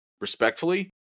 respectfully